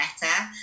better